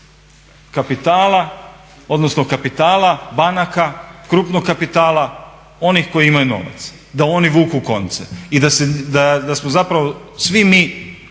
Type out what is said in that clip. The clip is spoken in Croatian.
kapitala odnosno kapitala banaka, krupnog kapitala onih koji imaju novac da oni vuku konce. I da smo zapravo svi mi